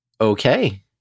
Okay